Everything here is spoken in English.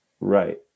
right